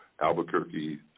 Albuquerque